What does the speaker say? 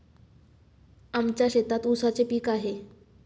आमच्या शेतात ऊसाचे पीक आहे